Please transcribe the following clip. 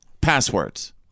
passwords